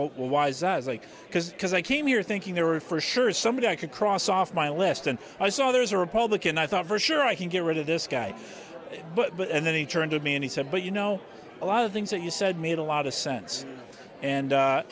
what will wise us like because because i came here thinking they were for sure somebody i could cross off my list and i saw there was a republican i thought for sure i can get rid of this guy and then he turned to me and he said but you know a lot of things that you said made a lot of sense and a